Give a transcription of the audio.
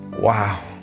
wow